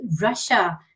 Russia